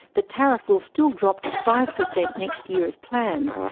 the tariff will still drop to five percent next year as planned,